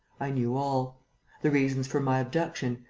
i knew all the reasons for my abduction,